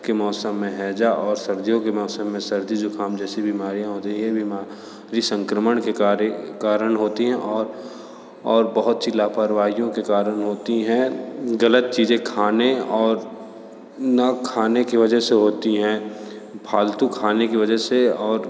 के मौसम में हैजा और सर्दियों के मौसम में सर्दी जुकाम जैसी बीमारियाँ हो रही हैं यह बीमा री संक्रमण के कार्य कारण होती हैं और और बहुत सी लापरवाहियों के कारण होती हैं गलत चीज़ें खाने और न खाने की वजह से होती हैं फालतू खाने की वजह से